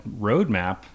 roadmap